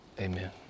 Amen